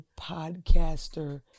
podcaster